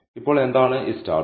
അപ്പോൾ എന്താണ് ഈ സ്റ്റാറുകൾ